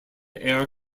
air